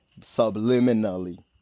subliminally